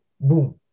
boom